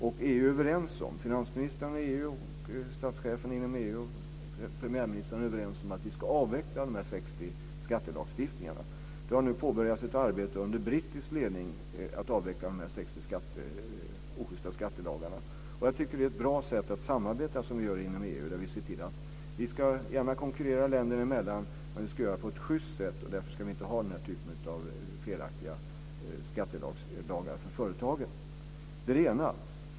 I EU är vi överens om - finansministrarna, statscheferna och premiärministrarna inom EU - att vi ska avveckla de 60 skattelagstiftningarna. Det har nu påbörjats ett arbete under brittisk ledning med att avveckla de 60 oschysta skattelagarna. Jag tycker att det är ett bra sätt att samarbeta som vi gör inom EU, där vi ser till att vi gärna ska konkurrera länderna emellan, men att vi ska göra det på ett schyst sätt. Därför ska vi inte ha den här typen av felaktiga skattelagar för företagen. Det är det ena.